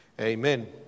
Amen